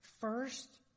First